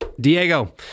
Diego